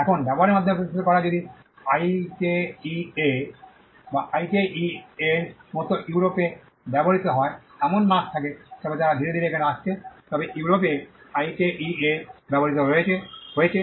এখন ব্যবহারের মাধ্যমে প্রতিষ্ঠিত করা যদি আইকেইএ আইকেইএর মতো ইউরোপে ব্যবহৃত হয় এমন মার্ক থাকে তবে তারা ধীরে ধীরে এখানে আসছে তবে ইউরোপ এ আইকেইএ ব্যবহৃত হয়েছে